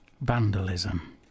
vandalism